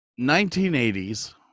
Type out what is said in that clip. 1980s